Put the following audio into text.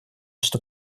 что